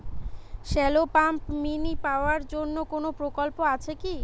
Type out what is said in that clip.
Shallow pump mini পাওয়ার জন্য কোনো প্রকল্প আছে কি?